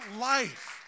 life